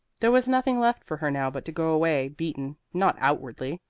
there was nothing left for her now but to go away beaten not outwardly,